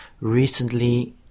recently